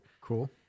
Cool